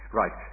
right